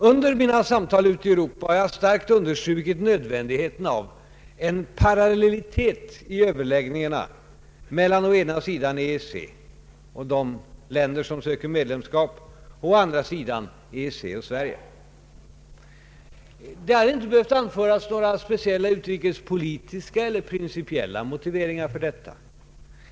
Under mina samtal ute i Europa har jag starkt understrukit nödvändigheten av en parallellitet i överläggningarna mellan å ena sidan EEC och de länder som söker medlemskap i EEC och å andra sidan EEC och Sverige. Det har inte behövt anföras några speciella utrikespolitiska eller principiella motiveringar för detta.